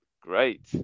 great